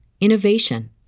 innovation